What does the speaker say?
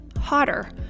hotter